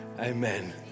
Amen